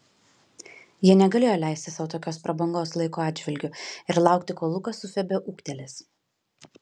jie negalėjo leisti sau tokios prabangos laiko atžvilgiu ir laukti kol lukas su febe ūgtelės